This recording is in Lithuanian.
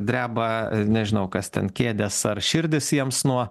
dreba nežinau kas ten kėdes ar širdis jiems nuo